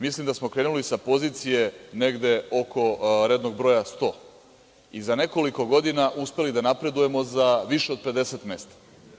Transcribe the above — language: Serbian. Mislim da smo krenuli sa pozicije negde oko rednog broja 100 i za nekoliko godina uspeli da napredujemo za više od 50 mesta.